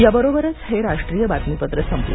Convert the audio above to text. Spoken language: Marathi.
याबरोबरच हे राष्ट्रीय बातमीपत्र संपलं